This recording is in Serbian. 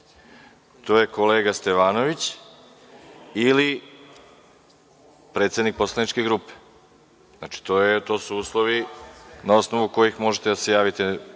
To je kolega Stevanović ili predsednik poslaničke grupe. To su uslovi na osnovu kojih možete da se javite